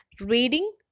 reading